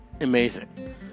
amazing